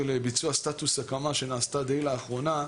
ביצוע סטטוס הקמה שנעשתה די לאחרונה,